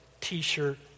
t-shirt